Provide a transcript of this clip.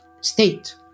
state